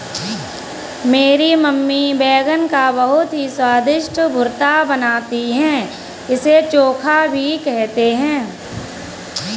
मेरी मम्मी बैगन का बहुत ही स्वादिष्ट भुर्ता बनाती है इसे चोखा भी कहते हैं